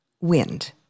Wind